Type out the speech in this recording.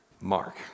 Mark